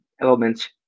elements